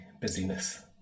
busyness